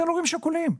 הורים שכולים.